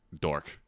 dork